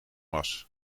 was